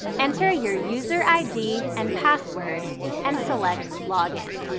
enter your user id and password and select login.